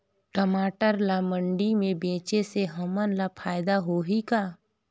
टमाटर ला मंडी मे बेचे से हमन ला फायदा होही का?